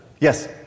Yes